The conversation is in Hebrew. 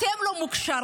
אתם לא מוכשרים,